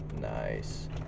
Nice